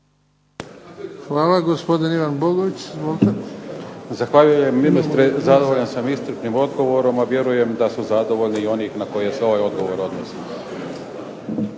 **Bogović, Ivan (HDZ)** Zahvaljujem ministre. Zadovoljan sam iscrpnim odgovorom a vjerujem da su zadovoljni i oni na koje se ovaj odgovor odnosi.